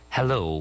Hello